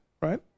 right